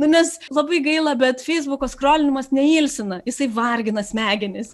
nu nes labai gaila bet feisbuko skolinimas neilsina jisai vargina smegenis